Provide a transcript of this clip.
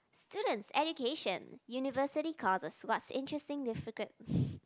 students education university courses what's interesting difficult